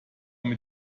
mit